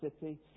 city